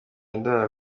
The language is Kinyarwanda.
ndara